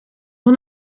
van